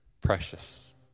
precious